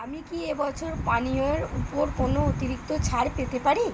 আমি কি এবছর পানীয়ের ওপর কোনও অতিরিক্ত ছাড় পেতে পারি